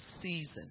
season